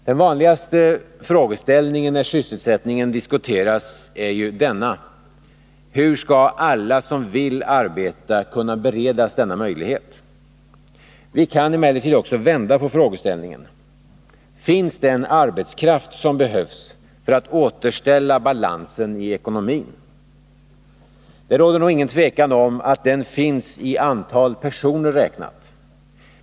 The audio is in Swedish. Den vanligaste frågeställningen när sysselsättningen diskuteras är: Hur skall alla som vill arbeta kunna beredas denna möjlighet? Vi kan emellertid också vända på frågeställningen: Finns den arbetskraft som behövs för att återställa balansen i ekonomin? Det råder nog ingen tvekan om att den finns i antal personer räknat.